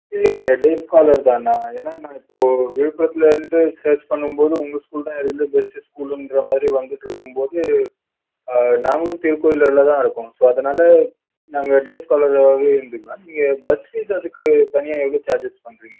இல்லைங்க day scholar தான் நான் ஏன்னா நான் இப்போ விழுப்புரத்துலர்ந்து சர்ச் பண்ணும்போது உங்கள் ஸ்கூல் தான் இருக்குறதுலேயே பெஸ்ட்டு ஸ்கூலுன்ற மாதிரி வந்துட்டுருக்கும்போது நாங்களும் திருக்கோயிலூரில் தான் இருக்கோம் ஸோ அதனால் நாங்கள் டேஸ்காலராகவே இருந்துக்கலாம் நீங்கள் பஸ் ஃபீஸ் அதுக்கு தனியாக எவ்வளோ சார்ஜஸ் பண்ணுறீங்க